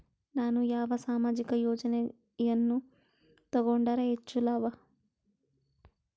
ನಾನು ಯಾವ ಸಾಮಾಜಿಕ ಯೋಜನೆಯನ್ನು ತಗೊಂಡರ ಹೆಚ್ಚು ಲಾಭ?